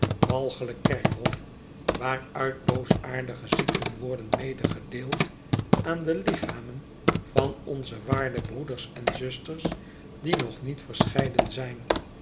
walgelijk kerkhof waaruit boosaardige ziekten worden medegedeeld aan de lichamen van onze waarde broeders en zusters die nog niet verscheiden zijn